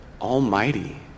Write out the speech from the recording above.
Almighty